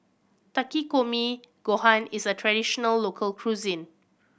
Takikomi Gohan is a traditional local cuisine